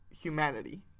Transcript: humanity